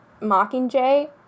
Mockingjay